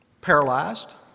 Paralyzed